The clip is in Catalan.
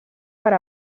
per